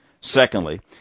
Secondly